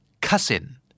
cousin